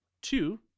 two